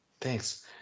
Thanks